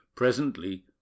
Presently